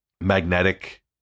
magnetic